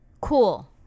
Cool